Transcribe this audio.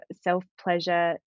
self-pleasure